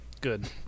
good